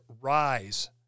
rise